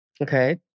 Okay